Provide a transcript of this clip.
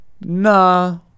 Nah